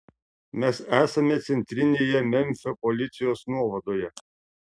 mes esame centrinėje memfio policijos nuovadoje